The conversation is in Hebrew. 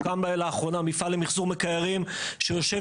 קם לאחרונה מפעל למחזור מקררים שיושב